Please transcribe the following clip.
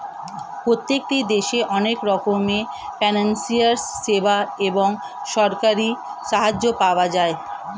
প্রত্যেকটি দেশে অনেক রকমের ফিনান্সিয়াল সেবা এবং সরকারি সাহায্য পাওয়া যায়